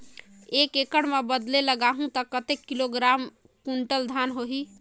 एक एकड़ मां बदले लगाहु ता कतेक किलोग्राम कुंटल धान होही?